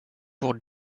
pour